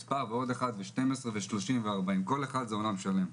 זה לא מספר, כל אחד זה עולם שלם.